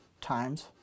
times